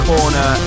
Corner